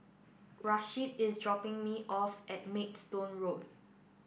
Rasheed is dropping me off at Maidstone Road